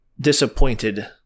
disappointed